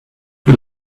you